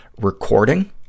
recording